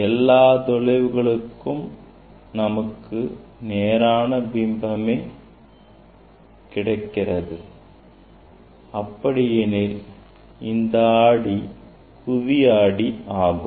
எல்லா தொலைவுகளுக்கும் நமக்கு நேரான பிம்பமே கிடைக்கிறது அப்படி எனில் இந்த ஆடி குவி ஆடியாகும்